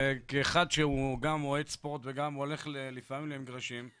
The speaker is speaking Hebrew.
וכאחד שהוא גם אוהד ספורט וגם הולך לפעמים למגרשים,